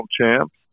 champs